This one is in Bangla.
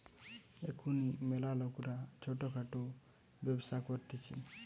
এখুন ম্যালা লোকরা ছোট খাটো ব্যবসা করতিছে